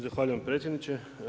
Zahvaljujem predsjedniče.